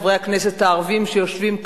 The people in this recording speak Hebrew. חברי הכנסת הערבים שיושבים כאן,